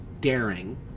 daring